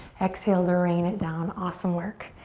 exhale to rain it down, awesome work.